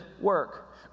work